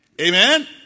Amen